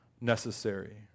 necessary